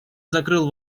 закрыл